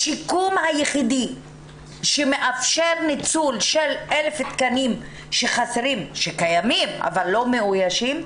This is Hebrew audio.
השיקום היחידי שמאפשר ניצול של 1,000 תקנים שקיימים אבל לא מאוישים,